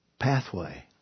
pathway